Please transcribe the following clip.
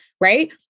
Right